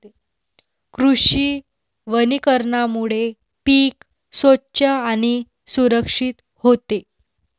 कृषी वनीकरणामुळे पीक स्वच्छ आणि सुरक्षित होते